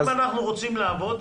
אם אנחנו רוצים לעבוד,